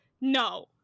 no